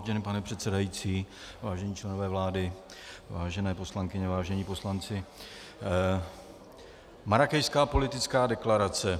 Vážený pane předsedající, vážení členové vlády, vážené poslankyně, vážení poslanci, Marrákešská politická deklarace.